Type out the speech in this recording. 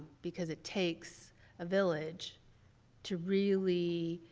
because it takes a village to really